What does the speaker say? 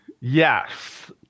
Yes